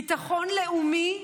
ביטחון לאומי?